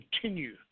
continue